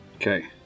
Okay